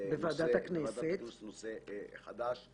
בוועדת הכנסת בטענה לנושא חדש.